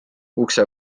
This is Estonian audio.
ukse